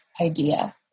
idea